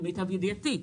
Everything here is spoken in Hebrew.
למיטב ידיעתי,